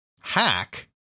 Hack